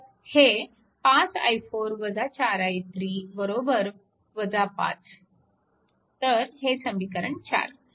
तर हे 5 i4 4 I3 5 तर हे समीकरण 4